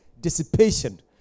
dissipation